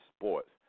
sports